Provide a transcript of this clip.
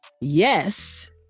yes